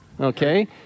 okay